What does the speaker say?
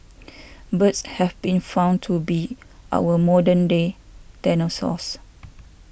birds have been found to be our modern day dinosaurs